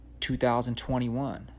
2021